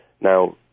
now